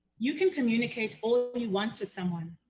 you can communicate all we want to someone,